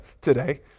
today